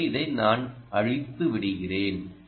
எனவே இதை நான் அழித்து விடுகிறேன்